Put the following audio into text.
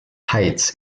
heights